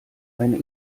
eine